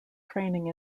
training